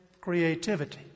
creativity